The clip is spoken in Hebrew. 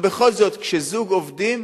אבל בכל זאת, כשזוג עובדים